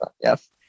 yes